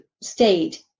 state